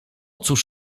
cóż